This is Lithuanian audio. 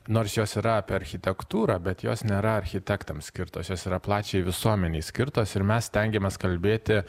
nors jos yra apie architektūrą bet jos nėra architektams skirtos jos yra plačiai visuomenei skirtos ir mes stengiamės kalbėti